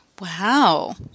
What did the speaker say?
wow